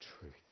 truth